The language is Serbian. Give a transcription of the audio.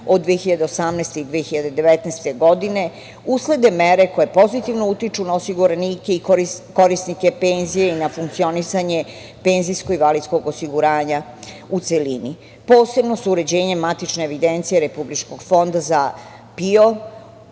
od 2018. i 2019. godine, uslede mere koje pozitivno utiču na osiguranike i korisnike penzija i na funkcionisanje penzijskog i invalidskog osiguranja, u celini. Posebno uređenjem matične evidencije Republičkog fonda za PIO,